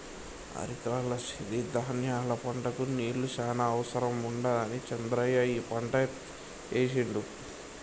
అరికల సిరి ధాన్యాల పంటకు నీళ్లు చాన అవసరం ఉండదని చంద్రయ్య ఈ పంట ఏశిండు